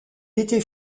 était